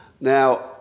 Now